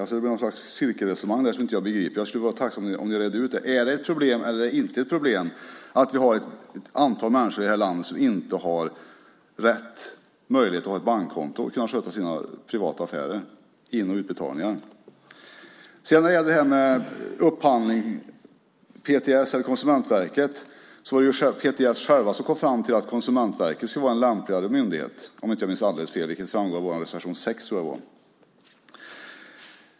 Det blir ett cirkelresonemang som jag inte begriper. Är det ett problem eller inte att ett antal människor i det här landet inte har möjlighet att ha ett bankkonto för att kunna sköta sina privata affärer, in och utbetalningar? När det gäller huruvida PTS eller Konsumentverket ska sköta upphandlingen kom PTS fram till att Konsumentverket skulle vara en lämpligare myndighet, om jag inte minns alldeles fel, vilket framgår av vår reservation 5.